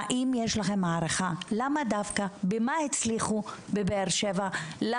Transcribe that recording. האם יש לכם הערכה במה הצליחו בבאר שבע או